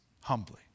humbly